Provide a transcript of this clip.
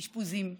אשפוזים,